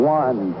one